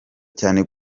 cyane